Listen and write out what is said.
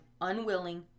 unwilling